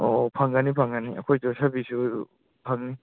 ꯑꯧ ꯐꯪꯒꯅꯤ ꯐꯪꯒꯅꯤ ꯑꯩꯈꯣꯏ ꯌꯣꯠꯁꯕꯤꯁꯨ ꯐꯪꯅꯤ